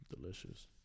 delicious